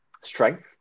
strength